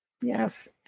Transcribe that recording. Yes